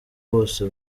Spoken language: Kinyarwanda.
bose